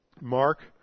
Mark